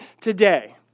today